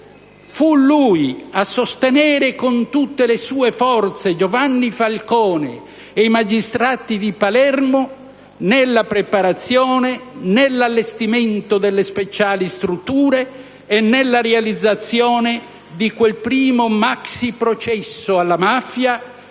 Fu lui a sostenere con tutte le sue forze Giovanni Falcone e i magistrati di Palermo nella preparazione, nell'allestimento delle speciali strutture e nella realizzazione di quel primo maxi processo alla mafia